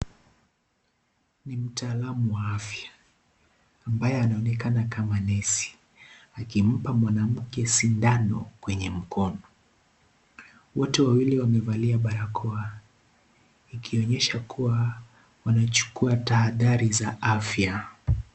Ni mtaalamu wa afya, ambaye anaonekana kama nesi, akimpa mwanamke sindano kwenye mkono. Wote wawili wamevalia barakoa, ikionyesha kuwa wanachukua tahadhari za afya.